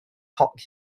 talked